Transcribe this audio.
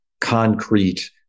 concrete